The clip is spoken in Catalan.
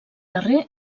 darrer